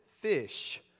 fish